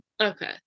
Okay